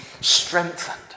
strengthened